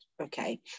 okay